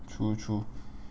true true